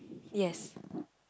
yes